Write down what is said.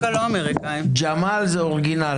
ג'מאל זה אורגינל.